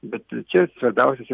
bet čia svarbiausias